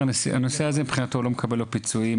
הנושא הזה מבחינתו לא מקבל פיצויים,